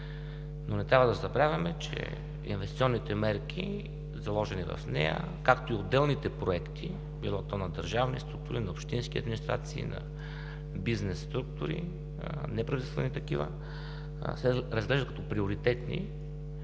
Не трябва да забравяме, че инвестиционните мерки, заложени в нея, както и отделните проекти – било на държавни структури, на общински администрации, на бизнес структури, неправителствени такива, се разглеждат като приоритетни.